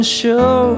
show